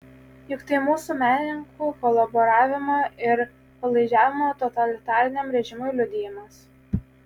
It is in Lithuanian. juk tai mūsų menininkų kolaboravimo ir padlaižiavimo totalitariniam režimui liudijimas